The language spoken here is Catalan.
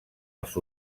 els